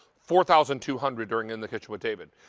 four thousand two hundred during in the kitchen with david.